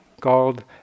called